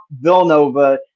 Villanova